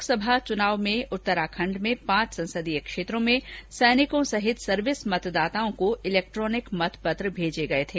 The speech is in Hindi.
लोकसभा चुनाव में उत्तराखंड में पांच संसदीय क्षेत्रों में सैनिक सहित सर्विस मतदाताओं को इलेक्ट्रानिक मतपत्र भेजे गए थे